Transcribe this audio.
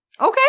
Okay